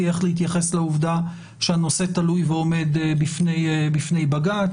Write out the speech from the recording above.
איך להתייחס לעובדה שהנושא תלוי ועומד בפני בג"ץ.